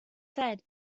said